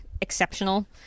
exceptional